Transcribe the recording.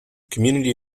community